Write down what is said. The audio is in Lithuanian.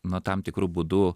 na tam tikru būdu